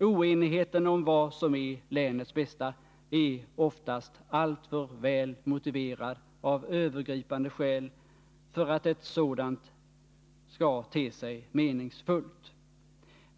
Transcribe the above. Oenigheten om vad som är länets bästa är oftast alltför väl motiverad av övergripande skäl för att en sådan vädjan skall te sig meningsfull.